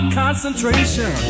concentration